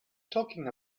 talking